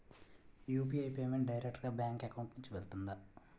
UPI payment direct గా bank account నుంచి వెళ్తుందా?